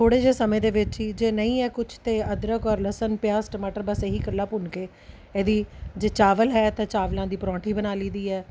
ਥੋੜ੍ਹੇ ਜਿਹੇ ਸਮੇਂ ਦੇ ਵਿੱਚ ਹੀ ਜੇ ਨਹੀਂ ਹੈ ਕੁਝ ਤਾਂ ਅਦਰਕ ਔਰ ਲਸਣ ਪਿਆਜ ਟਮਾਟਰ ਬਸ ਇਹ ਹੀ ਇਕੱਲਾ ਭੁੰਨ ਕੇ ਇਹਦੀ ਜੇ ਚਾਵਲ ਹੈ ਤਾਂ ਚਾਵਲਾਂ ਦੀ ਪਰੌਂਠੀ ਬਣਾ ਲਈ ਦੀ ਹੈ